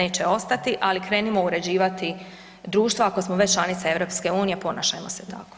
neće ostati ali krenimo uređivati društvo ako smo već članica EU-a, ponašajmo se tako.